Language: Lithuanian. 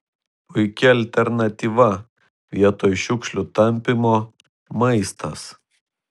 puiki alternatyva vietoj šiukšlių tampymo maistas